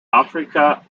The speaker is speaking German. afrika